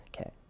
okay